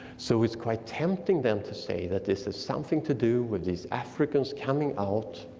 so it's quite tempting then to say that this is something to do with these africans coming out,